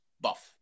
buff